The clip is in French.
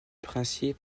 princier